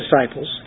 disciples